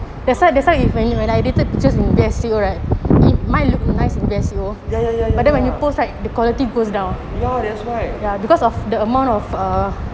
ya ya ya ya ya that's why